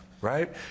right